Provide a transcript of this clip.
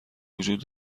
وجود